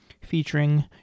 featuring